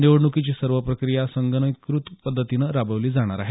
निवडणुकीची सर्व प्रक्रिया संगणकीकृत पद्धतीनं राबविली जाणार आहे